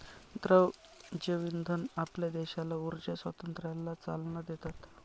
द्रव जैवइंधन आपल्या देशाला ऊर्जा स्वातंत्र्याला चालना देतात